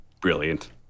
Brilliant